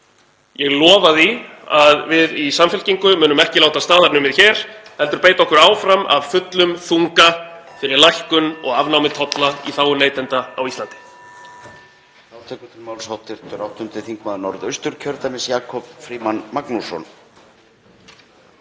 Ég lofa því að við í Samfylkingunni munum ekki láta staðar numið hér heldur beita okkur áfram af fullum þunga fyrir lækkun og afnámi tolla í þágu neytenda á Íslandi.